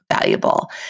valuable